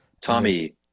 Tommy